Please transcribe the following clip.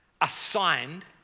assigned